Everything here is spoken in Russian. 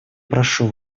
прошу